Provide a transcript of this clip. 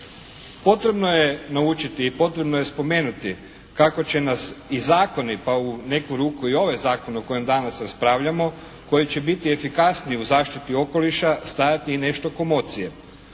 Potrebno je naučiti i potrebno je spomenuti kako će nas i zakoni pa u neku ruku i ovaj zakon o kojem danas raspravljamo, koji će biti efikasniji u zaštiti okoliš stajati i nešto komocije.